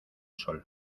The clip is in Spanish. sol